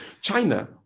China